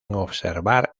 observar